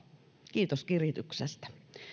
kiitos kirityksestä